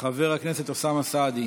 חברת הכנסת איילת שקד,